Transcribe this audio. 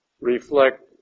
reflect